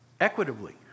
equitably